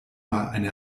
eine